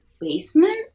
basement